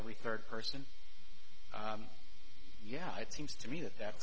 every third person yeah it seems to me that that